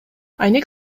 айнек